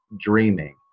dreaming